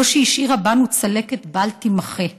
זו שהשאירה בנו צלקת בל תימחה,